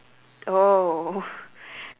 oh